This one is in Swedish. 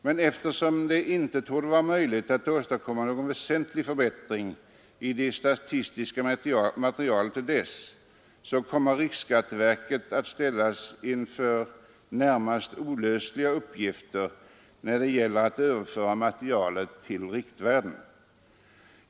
Men eftersom det inte torde vara möjligt att åstadkomma någon väsentlig förbättring i det statistiska materialet till dess, kommer riksskatteverket att ställas inför i det närmaste olösliga uppgifter när det gäller att överföra materialet till riktvärden.